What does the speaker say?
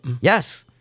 Yes